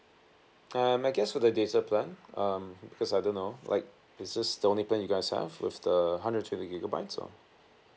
um I guess for the data plan um because I don't know like is this the only plan you guys have with the hundred and twenty gigabytes or